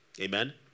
amen